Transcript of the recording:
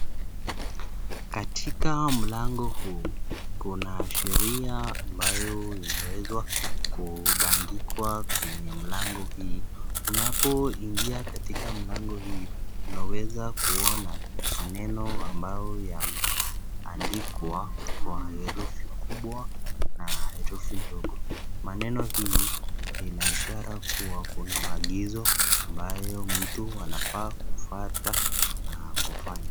Katika mlango huu kuna sheria ambayo imeweza imebandikwa kwenye mlango hii. Unapoingia kwa mlango hii unaweza kuona maneno ambayo yameandikwa kwa herufi kubwa na herufi ndogo. Maneno hii inaishara kwamba kuna maagizo ambayo mtu anafaa kufuata na kufanya.